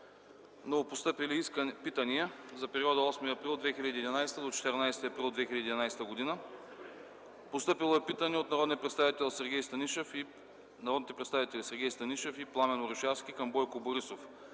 Новопостъпили питания за периода 8 април 2011 г. до 14 април 2011 г. Постъпило е питане от народните представители Сергей Станишев и Пламен Орешарски към Бойко Борисов